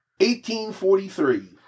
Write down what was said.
1843